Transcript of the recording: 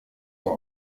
vor